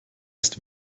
ist